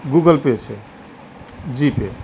Google Pay છે G pay